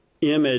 image